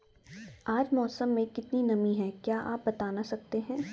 आज मौसम में कितनी नमी है क्या आप बताना सकते हैं?